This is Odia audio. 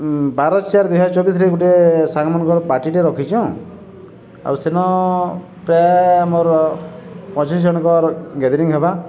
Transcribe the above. ବାର ଚାରି ଦୁଇହଜାର ଚବିଶରେ ଗୋଟେ ସାଙ୍ଗମାନଙ୍କର ପାର୍ଟିଟେ ରଖିଚଁ ଆଉ ସେିନ ପ୍ରାୟ ଆମର ପଚିଶ ଜଣଙ୍କ ଗେଦେରିଂ ହେବା